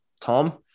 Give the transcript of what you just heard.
Tom